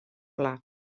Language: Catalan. pla